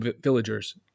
villagers